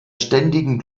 ständigen